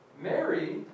Mary